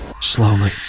Slowly